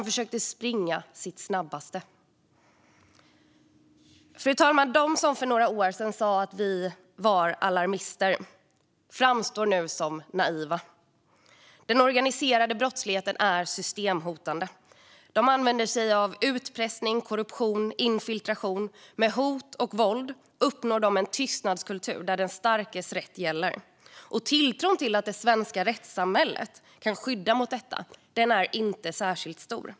Fru talman! De som för några år sedan sa att vi var alarmister framstår nu som naiva. Den organiserade brottsligheten är systemhotande. Man använder sig av utpressning, korruption och infiltration. Med hot och våld uppnår man en tystnadskultur där den starkes rätt gäller. Tilltron till att det svenska rättssamhället kan skydda mot detta är inte särskilt stor.